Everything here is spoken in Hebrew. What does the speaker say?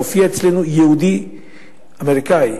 הופיע אצלנו יהודי אמריקני,